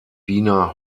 wiener